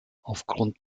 aufgrund